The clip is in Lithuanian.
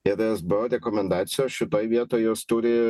ir esbo rekomendacijos šitoj vietoj jos turi